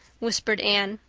whispered anne.